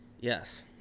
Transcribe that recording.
yes